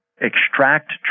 extract